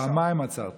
פעמיים עצרתי לך.